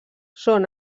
són